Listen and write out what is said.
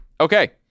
okay